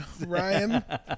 Ryan